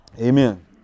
Amen